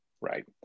right